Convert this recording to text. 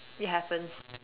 it happens